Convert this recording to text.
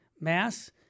Mass